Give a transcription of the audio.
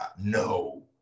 No